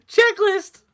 Checklist